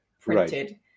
printed